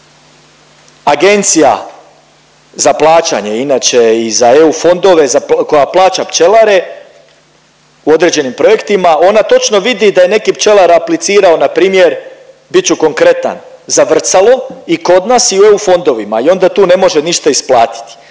Agencija za plaćanje, a inače i za EU fondove koja plaća pčelare u određenim projektima, ona točno vidi da je neki pčelar aplicirao npr. bit ću konkretan, za vrcalo i kod nas i u EU fondovima i onda tu ne može ništa isplatiti,